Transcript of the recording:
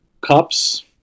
cups